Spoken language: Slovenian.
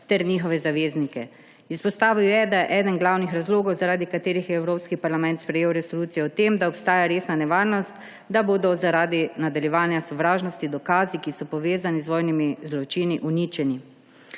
ter njihove zaveznike. Izpostavil je, da je eden glavnih razlogov, zaradi katerih je Evropski parlament sprejel resolucijo, v tem, da obstaja resna nevarnost, da bodo zaradi nadaljevanja sovražnosti dokazi, ki so povezani z vojnimi zločini, uničeni.